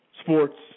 sports